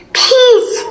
peace